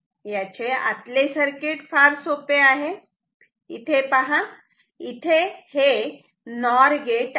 आतले सर्किट फार सोपे आहे तेव्हा इथे हे नॉर गेट आहेत